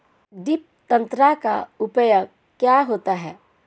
Drip तंत्र का उपयोग कहाँ होता है?